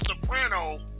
Soprano